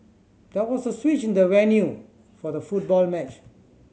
there was a switch in the venue for the football match